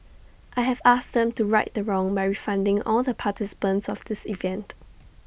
I have asked them to right the wrong by refunding all the participants of this event